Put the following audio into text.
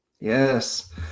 Yes